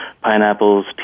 pineapples